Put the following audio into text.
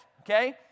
okay